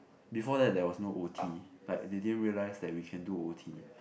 before that there was no o_t like they didn't realise that we can do o_t